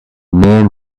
man